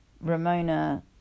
Ramona